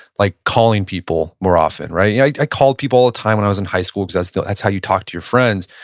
like calling people more often. yeah i called people all the time when i was in high school cause that's so that's how you talk to your friends.